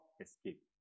escape